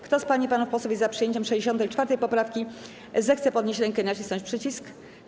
Kto z pań i panów posłów jest za przyjęciem 64. poprawki, zechce podnieść rękę i nacisnąć przycisk.